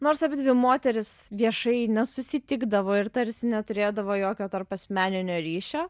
nors abidvi moterys viešai nesusitikdavo ir tarsi neturėdavo jokio tarpasmeninio ryšio